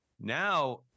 Now